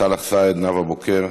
סאלח סעד, נאוה בוקר,